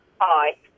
Hi